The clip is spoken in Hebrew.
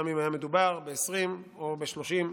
גם אם היה מדובר ב-20 או 30,